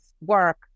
work